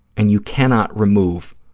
and you cannot remove